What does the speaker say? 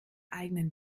eigenen